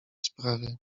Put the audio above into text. sprawie